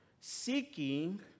Seeking